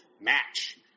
match